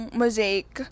mosaic